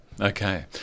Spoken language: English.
Okay